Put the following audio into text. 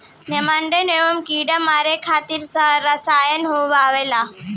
नेमानाइट एगो कीड़ा मारे खातिर रसायन होवे